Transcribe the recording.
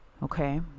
Okay